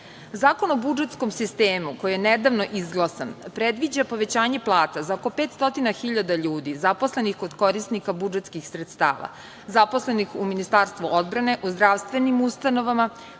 o budžetskom sistemu koji je nedavno izglasan predviđa povećanje plata za oko 500.000 ljudi, zaposlenih kod korisnika budžetskih sredstava, zaposlenih u Ministarstvu odbrane, u zdravstvenim ustanovama,